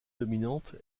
dominante